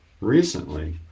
recently